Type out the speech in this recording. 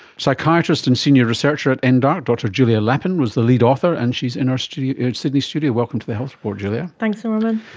psychiatrist and senior researcher at and ndarc, dr julia lappin, was the lead author and she is in our sydney studios. welcome to the health report, julia. thanks norman.